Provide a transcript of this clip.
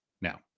now